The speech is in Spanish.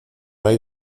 hay